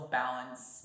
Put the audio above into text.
balance